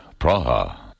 Praha